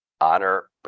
honor